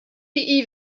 you